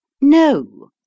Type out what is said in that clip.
No